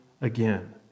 again